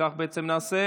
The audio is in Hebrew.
וכך בעצם נעשה.